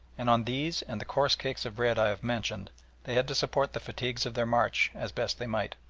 and on these and the coarse cakes of bread i have mentioned they had to support the fatigues of their march as best they might.